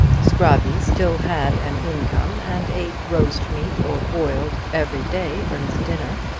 scrobby still had an income, and ate roast meat or boiled every day for his dinner.